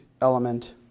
element